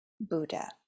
buddha